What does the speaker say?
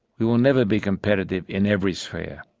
we will never be competitive in every sphere.